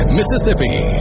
Mississippi